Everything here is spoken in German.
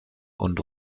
und